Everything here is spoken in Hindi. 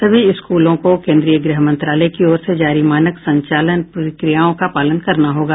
सभी स्कूलों को केन्द्रीय गृह मंत्रालय की ओर से जारी मानक संचालन प्रक्रियाओं का पालन करना होगा